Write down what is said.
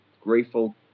grateful